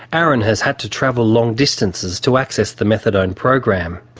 aaron has had to travel long distances to access the methadone program.